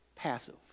Passive